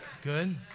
Good